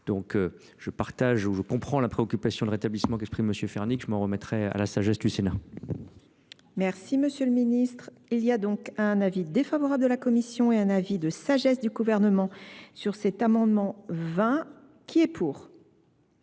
ou partage, ou je comprends la préoccupation de rétablissement qu'exprime M. Fernie m'en remettrai, à la sagesse du Sénat. Merci, M. le ministre, il y a donc un avis défavorable de la commission et un avis du Gouvernement sur cet amendement 20 qui est pour